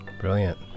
Brilliant